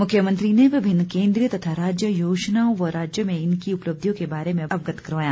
मुख्यमंत्री ने विभिन्न केंद्रीय तथा राज्य योजनाओं व राज्य में इनकी उपलब्धियों के बारे में अवगत करवाया